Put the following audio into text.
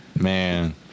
man